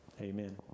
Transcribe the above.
Amen